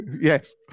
Yes